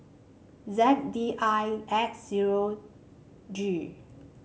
Z D I X zero G